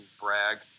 brag